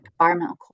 environmental